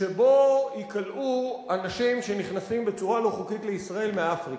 שבו ייכלאו אנשים שנכנסים בצורה לא חוקית לישראל מאפריקה,